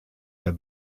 der